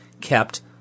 kept